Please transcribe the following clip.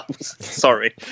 sorry